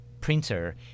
printer